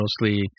mostly